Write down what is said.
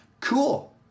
Cool